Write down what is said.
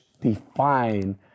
define